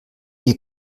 ihr